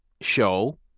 show